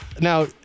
Now